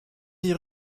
dix